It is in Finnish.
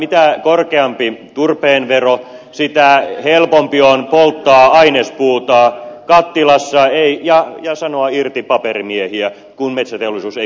mitä korkeampi turpeen vero sitä helpompi on polttaa ainespuuta kattilassa ja sanoa irti paperimiehiä kun metsäteollisuus ei kannata